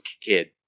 kid